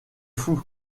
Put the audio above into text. fous